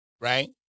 right